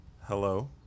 Hello